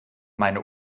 meine